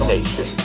Nation